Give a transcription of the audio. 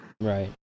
Right